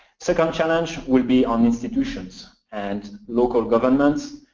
second challenge will be on institutions, and local governments,